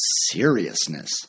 seriousness